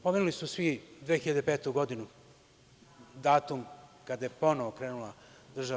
Pomenuli su svi 2005. godinu, datum kada je ponovo krenula DRI.